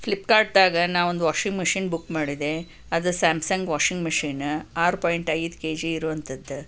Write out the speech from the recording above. ಫ್ಲಿಪ್ಕಾರ್ಟ್ದಾಗ ನಾವೊಂದು washing machine book ಮಾಡಿದ್ದೆ ಅದು ಸ್ಯಾಮ್ಸಂಗ್ ವಾಷಿಂಗ್ ಮೆಷೀನ ಆರು ಪಾಯಿಂಟ್ ಐದ್ ಕೆ ಜಿ ಇರುವಂಥದ್ದು